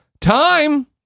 Time